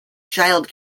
child